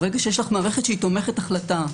ברגע שיש לך מערכת שהיא תומכת החלטה,